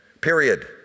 period